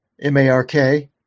M-A-R-K